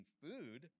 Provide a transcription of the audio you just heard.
food